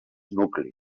nucli